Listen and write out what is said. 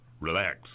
Relax